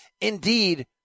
Indeed